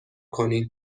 کنین